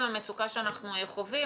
עם המצוקה שאנחנו חווים,